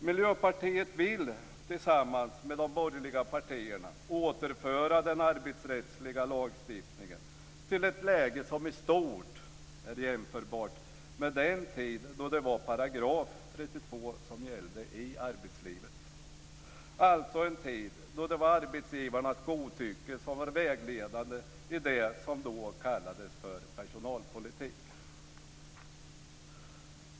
Miljöpartiet vill tillsammans med de borgerliga partierna återföra den arbetsrättsliga lagstiftningen till ett läge som i stort är jämförbart med den tid då det var 32 § som gällde i arbetslivet. Det var alltså den tid då det var arbetsgivarens godtycke som var vägledande i det som då kallades personalpolitik.